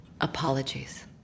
Apologies